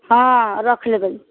हँ रख लेबै